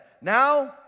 now